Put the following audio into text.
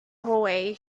hallway